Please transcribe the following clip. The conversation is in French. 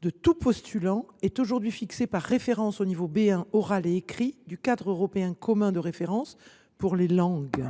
de tout postulant est aujourd’hui fixé par référence au niveau B1 oral et écrit du cadre européen commun de référence pour les langues.